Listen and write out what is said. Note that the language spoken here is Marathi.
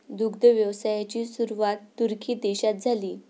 दुग्ध व्यवसायाची सुरुवात तुर्की देशातून झाली